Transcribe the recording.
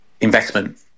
investment